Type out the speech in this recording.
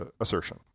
assertion